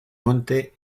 monte